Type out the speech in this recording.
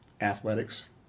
athletics